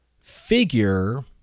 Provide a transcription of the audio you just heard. figure